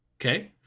okay